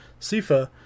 Sifa